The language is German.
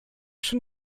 schon